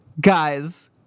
guys